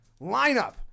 lineup